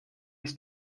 ist